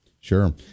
Sure